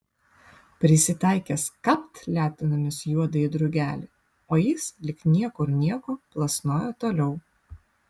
prisitaikęs kapt letenomis juodąjį drugelį o jis lyg niekur nieko plasnoja toliau